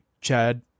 Chad